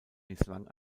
misslang